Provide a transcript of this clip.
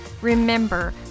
Remember